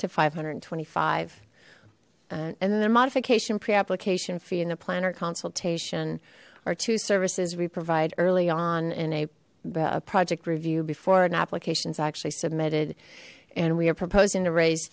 to five hundred and twenty five and then the modification pre application fee and the planner consultation our two services we provide early on in a project review before an application is actually submitted and we are proposing to raise